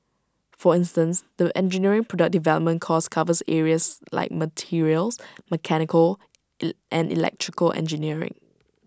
for instance the engineering product development course covers areas like materials mechanical and electrical engineering